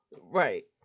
Right